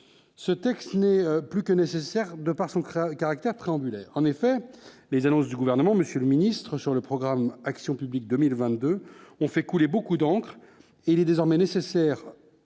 Ce texte n'est plus que nécessaire de par son crâne caractère préambule est, en effet, les annonces du gouvernement, Monsieur le Ministre, sur le programme d'action publique 2022 on fait couler beaucoup d'encre, il est désormais nécessaire,